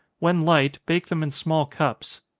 when light, bake them in small cups.